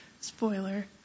spoiler